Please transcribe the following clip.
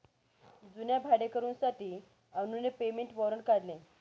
जुन्या भाडेकरूंसाठी अनुने पेमेंट वॉरंट काढले